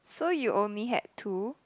so you only had two